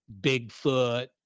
Bigfoot